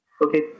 okay